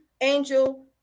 angel